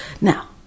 Now